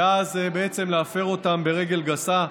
ואז בעצם להפר אותם ברגל גסה.